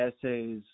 essays